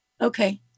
Okay